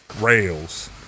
Rails